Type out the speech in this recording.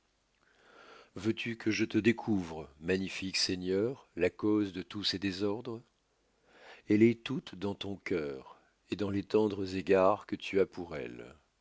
veux-tu que je te découvre magnifique seigneur la cause de tous ces désordres elle est toute dans ton cœur et dans les tendres égards que tu as pour elles